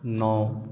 नओ